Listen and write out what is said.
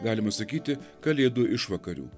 galima sakyti kalėdų išvakarių